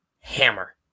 Hammer